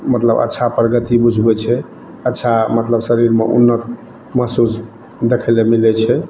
मतलब अच्छा प्रगति बुझबै छै अच्छा मतलब शरीर मे उन्नति महसुस देखै लए मिलै छै